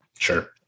Sure